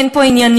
אין פה ענייניות,